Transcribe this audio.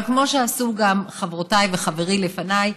אבל כמו שעשו גם חברותיי וחבריי לפניי,